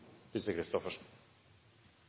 si